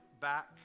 back